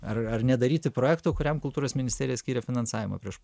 ar ar nedaryti projekto kuriam kultūros ministerija skyrė finansavimą prieš